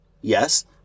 yes